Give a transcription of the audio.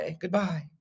goodbye